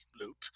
loop